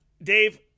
Dave